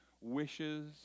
wishes